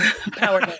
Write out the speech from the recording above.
Power